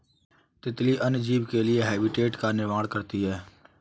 तितली अन्य जीव के लिए हैबिटेट का निर्माण करती है